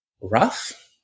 rough